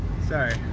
Sorry